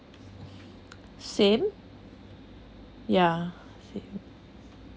same ya